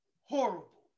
horrible